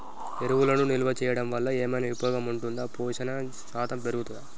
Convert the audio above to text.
ఎరువులను నిల్వ చేయడం వల్ల ఏమైనా ఉపయోగం ఉంటుందా పోషణ శాతం పెరుగుతదా?